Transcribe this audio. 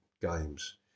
games